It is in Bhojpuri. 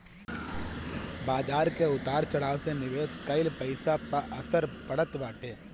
बाजार के उतार चढ़ाव से निवेश कईल पईसा पअ असर पड़त बाटे